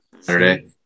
Saturday